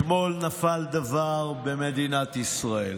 אתמול נפל דבר במדינת ישראל: